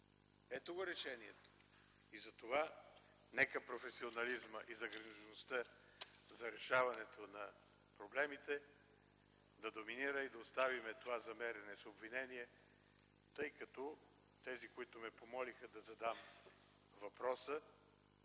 ето го решението. Затова нека професионализмът и загрижеността за решаването на проблемите да доминират. Да оставим това замеряне с обвинения, тъй като тези, които ме помолиха да задам въпроса,